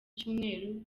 cyumweru